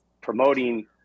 promoting